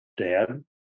dad